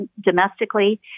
domestically